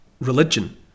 religion